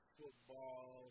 football